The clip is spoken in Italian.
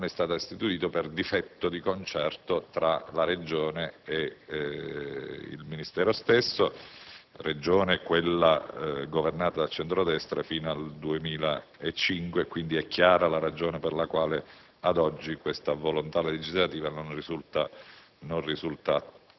il Parco non è stato istituito per difetto di concerto tra la Regione Abruzzo e il Ministero stesso. Tale Regione è stata governata dal centro-destra fino al 2005; è quindi chiara la ragione per la quale ad oggi questa volontà legislativa non risulta attuata.